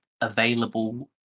available